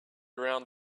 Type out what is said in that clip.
around